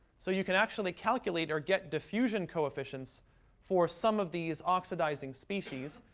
so you can actually calculate or get diffusion coefficients for some of these oxidizing species,